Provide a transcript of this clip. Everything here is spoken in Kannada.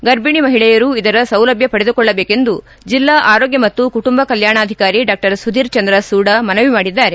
ಗರ್ಭಣಿ ಮಹಿಳೆಯರು ಇದರ ಸೌಲಭ್ಯ ಪಡೆದುಕೊಳ್ಳಬೇಕೆಂದು ಜಿಲ್ಲಾ ಆರೋಗ್ಯ ಮತ್ತು ಕುಟುಂಬ ಕಲ್ಕಾಣಾಧಿಕಾರಿ ಡಾ ಸುಧೀರ್ ಚಂದ್ರ ಸೂಡಾ ಮನವಿ ಮಾಡಿದ್ದಾರೆ